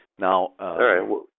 Now